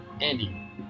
Andy